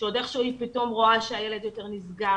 שעוד איכשהו היא פתאום רואה שהילד יותר נסגר,